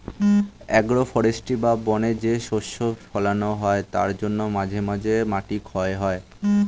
agro forestry বা বনে যে শস্য ফোলানো হয় তার জন্য মাঝে মধ্যে মাটি ক্ষয় হয়